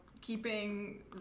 keeping